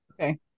Okay